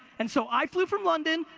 and so i flew from london,